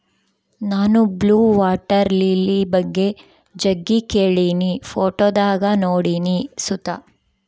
ನಾನು blue water lily ಬಗ್ಗೆ ಜಗ್ಗಿ ಕೇಳಿನಿ, ಫೋಟೋದಾಗ ನೋಡಿನಿ ಸುತ